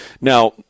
now